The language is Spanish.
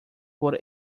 por